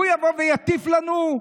הוא יבוא ויטיף לנו?